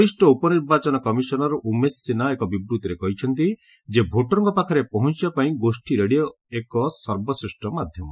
ବରିଷ୍ଣ ଉପନିର୍ବାଚନ କମିଶନର ଉମେଶ ସିହ୍ନା ଏକ ବିବୃଭିରେ କହିଛନ୍ତି ଯେ ଭୋଟରଙ୍କ ପାଖରେ ପହଞ୍ଚବା ପାଇଁ ଗୋଷ୍ଠୀ ରେଡିଓ ଏକ ସର୍ବଶ୍ରେଷ୍ଠ ମାଧ୍ୟମ